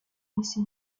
policy